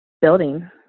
building